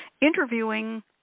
interviewing